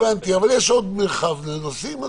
הבנתי, אבל יש עד מרחב של נושאים.